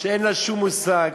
שאין לה שום מושג